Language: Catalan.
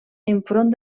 enfront